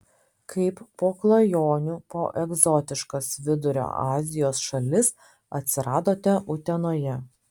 kaip po klajonių po egzotiškas vidurio azijos šalis atsiradote utenoje